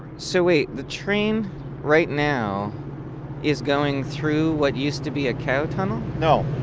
so wait, the train right now is going through what used to be a cow tunnel? no oh